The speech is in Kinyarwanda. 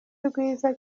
rwiza